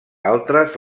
altres